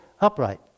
upright